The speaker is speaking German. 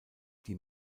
die